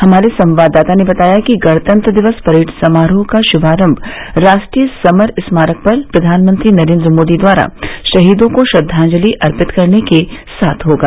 हमारे संवाददाता ने बताया है कि गणतंत्र दिवस परेड समारोह का शुभारंभ राष्ट्रीय समर स्मारक पर प्रधानमंत्री नरेन्द्र मोदी द्वारा शहीदों को श्रद्वांजलि अर्पित करने के साथ होगा